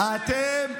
איפה?